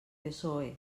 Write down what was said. psoe